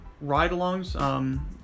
ride-alongs